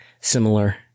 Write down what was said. similar